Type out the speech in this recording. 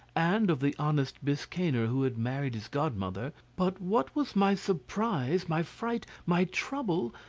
and of the honest biscayner who had married his godmother but what was my surprise, my fright, my trouble,